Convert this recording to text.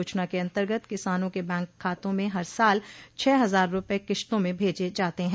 योजना के अंतर्गत किसानों के बैंक खातों में हर साल छः हजार रुपये किस्तों में भेजे जाते हैं